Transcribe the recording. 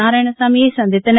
நாராயணசாமியை சந்தித்தனர்